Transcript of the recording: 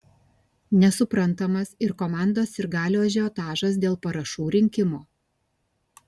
nesuprantamas ir komandos sirgalių ažiotažas dėl parašų rinkimo